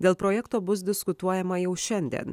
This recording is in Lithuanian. dėl projekto bus diskutuojama jau šiandien